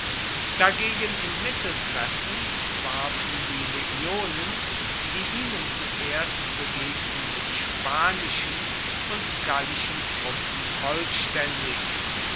dagegen im mitteltreffen warfen die legionen die ihnen zuerst begegnenden spanischen und gallischen truppen vollstaendig